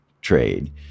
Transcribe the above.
trade